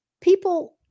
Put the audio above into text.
people